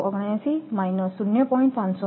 479 minus 0